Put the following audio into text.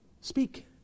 Speak